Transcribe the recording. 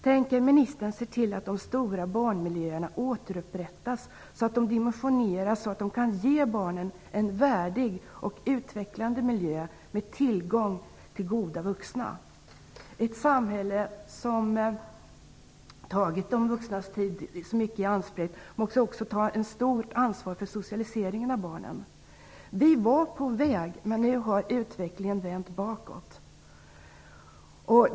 Tänker ministern se till att de stora barnmiljöerna återupprättas och dimensioneras så att de kan ge barnen en värdig och utvecklande miljö med tillgång till goda vuxna? Ett samhälle som så mycket tagit de vuxnas liv i anspråk måste också ta ett stort ansvar för socialiseringen av barnen. Vi var på väg, men nu har utvecklingen vänt bakåt.